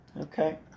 Okay